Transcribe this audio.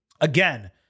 again